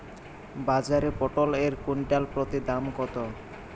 বাজারে পটল এর কুইন্টাল প্রতি দাম কত?